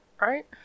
right